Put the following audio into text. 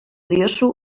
diozu